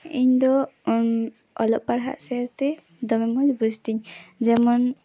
ᱤᱧ ᱫᱚ ᱚᱞᱚᱜ ᱯᱟᱲᱦᱟᱜ ᱥᱮᱫ ᱛᱮ ᱫᱚᱢᱮ ᱢᱚᱡᱽ ᱵᱩᱡᱛᱮᱧ ᱡᱮᱢᱚᱱ